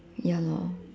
ya lor